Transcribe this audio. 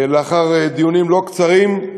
לאחר דיונים לא קצרים,